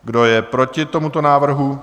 Kdo je proti tomuto návrhu?